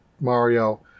Mario